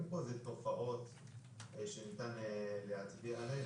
אין פה איזה תופעות שניתן להצביע עליהן,